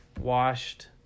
washed